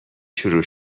شروع